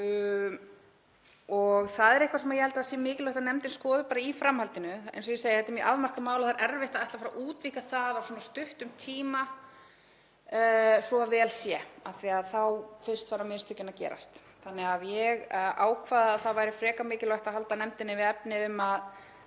Það er eitthvað sem ég held að sé mikilvægt að nefndin skoði í framhaldinu. En eins og ég segi, þetta er mjög afmarkað mál og það er mjög erfitt að ætla að útvíkka það á svona stuttum tíma svo vel sé af því að þá fyrst fara mistökin að gerast. Ég ákvað því að það væri frekar mikilvægt að halda nefndinni við efnið og